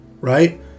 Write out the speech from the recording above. right